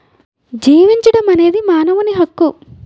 జీవించడం అనేది మానవుని హక్కు